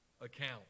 account